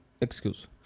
excuse